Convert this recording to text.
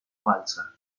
falsa